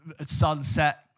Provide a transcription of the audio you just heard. sunset